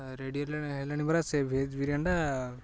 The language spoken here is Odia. ରେଡ଼ି ହେଲେଣି ହେଲାଣି ପରା ସେ ଭେଜ୍ ବିରିୟାନୀଟା